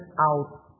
out